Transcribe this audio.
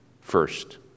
first